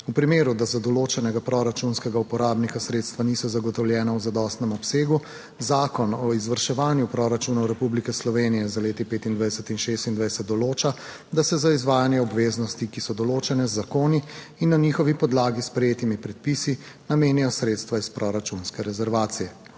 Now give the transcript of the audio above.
V primeru, da za določenega proračunskega uporabnika sredstva niso zagotovljena v zadostnem obsegu, Zakon o izvrševanju proračunov Republike Slovenije za leti 2025 in 2026 določa, da se za izvajanje obveznosti, ki so določene z zakoni in na njihovi podlagi sprejetimi predpisi, namenijo sredstva iz proračunske rezervacije.